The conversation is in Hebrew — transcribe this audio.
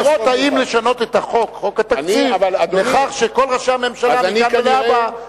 לראות האם לשנות את חוק התקציב בכך שכל ראשי הממשלה מכאן ולהבא,